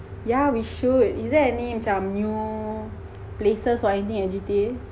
yeah we should is there any macam new places for any at G_T_A